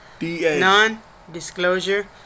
Non-disclosure